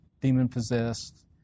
demon-possessed